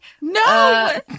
No